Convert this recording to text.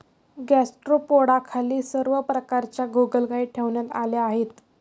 गॅस्ट्रोपोडाखाली सर्व प्रकारच्या गोगलगायी ठेवण्यात आल्या आहेत